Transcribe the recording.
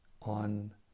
on